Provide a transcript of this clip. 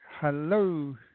Hello